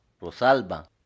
Rosalba